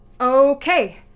Okay